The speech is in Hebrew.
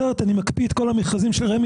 אחרת אני מקפיא את כל המכרזים של רמ"י,